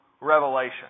revelation